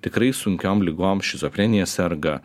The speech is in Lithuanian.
tikrai sunkiom ligom šizofrenija serga